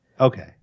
Okay